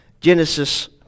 Genesis